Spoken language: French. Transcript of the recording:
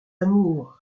amours